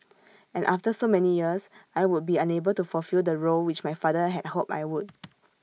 and after so many years I would be unable to fulfil the role which my father had hoped I would